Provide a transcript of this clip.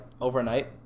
overnight